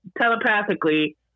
Telepathically